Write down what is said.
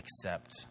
accept